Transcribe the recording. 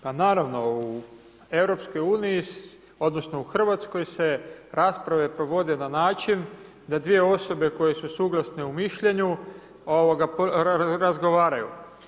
Pa naravno, u EU, odnosno u Hrvatskoj se rasprave provode na način da dvije osobe koje su suglasne u mišljenju razgovaraju.